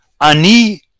Ani